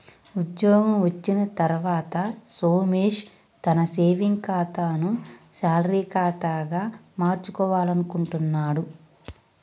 ఉద్యోగం వచ్చిన తర్వాత సోమేష్ తన సేవింగ్స్ ఖాతాను శాలరీ ఖాతాగా మార్చుకోవాలనుకుంటున్నడు